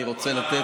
אני רוצה לתת,